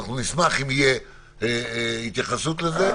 נשמח אם תהיה התייחסות לזה.